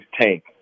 tank